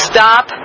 Stop